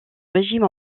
régime